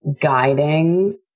guiding